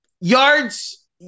yards